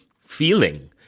feeling